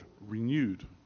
renewed